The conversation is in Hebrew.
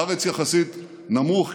בארץ הוא יחסית נמוך,